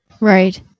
Right